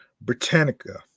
Britannica